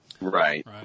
Right